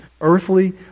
earthly